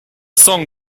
song